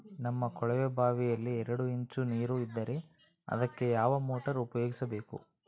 ನಮ್ಮ ಕೊಳವೆಬಾವಿಯಲ್ಲಿ ಎರಡು ಇಂಚು ನೇರು ಇದ್ದರೆ ಅದಕ್ಕೆ ಯಾವ ಮೋಟಾರ್ ಉಪಯೋಗಿಸಬೇಕು?